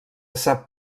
sap